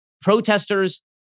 protesters